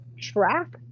track